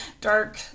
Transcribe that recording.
dark